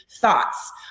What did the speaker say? thoughts